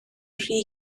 rhy